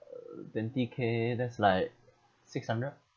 uh twenty k that's like six hundred